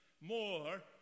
more